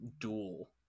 duel